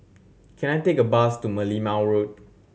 can I take a bus to Merlimau Road